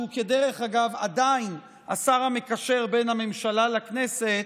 שהוא דרך אגב עדיין השר המקשר בין הממשלה לכנסת,